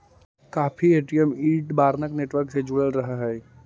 काफी ATM interbank network से जुड़ल रहऽ हई